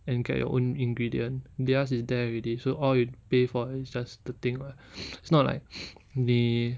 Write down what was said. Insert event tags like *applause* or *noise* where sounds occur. and get your own ingredient their's is there already so all you pay for is just the thing [what] it's not like *noise* 你